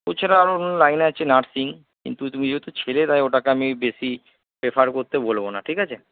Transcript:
এছাড়া আরও অন্যান্য লাইন আছে নার্সিং কিন্তু তুমি যেহেতু ছেলে তাই ওটাকে আমি বেশি প্রেফার করতে বলবো না ঠিক আছে